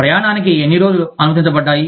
ప్రయాణానికి ఎన్ని రోజులు అనుమతించబడ్డాయి